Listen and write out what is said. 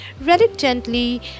Reluctantly